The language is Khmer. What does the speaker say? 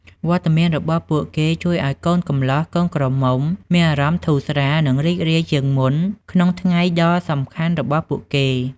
វត្តមានរបស់ពួកគេជួយឱ្យកូនកំលោះកូនក្រមុំមានអារម្មណ៍ធូរស្រាល និងរីករាយជាងមុនក្នុងថ្ងៃដ៏សំខាន់របស់ពួកគេ។